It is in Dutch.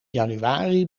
januari